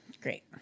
Great